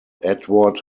edward